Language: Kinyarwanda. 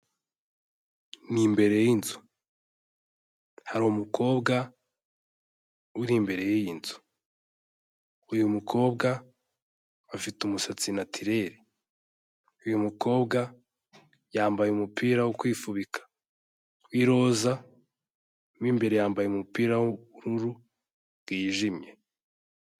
Ni imbere y'inzu, hari umukobwa uri imbere y'iyi nzu, uyu mukobwa afite umusatsi natirere, uyu mukobwa yambaye umupira wo kwifubika w'iroza mo imbere yambaye umupira w'ubururu bwijimye.